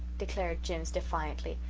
declared jims defiantly.